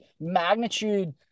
magnitude